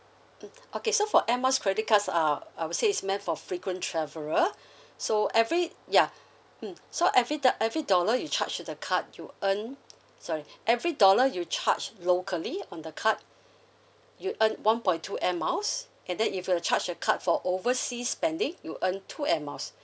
mm okay so for air miles credit cards uh I would say it's meant for frequent traveller so every ya mm so every dol~ every dollar you charge the card you earn sorry every dollar you charge locally on the card you earn one point two air miles and then if you charge the card for overseas spending you earn two air miles